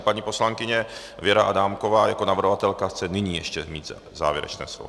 Paní poslankyně Věra Adámková jako navrhovatelka chce ještě nyní mít závěrečné slovo.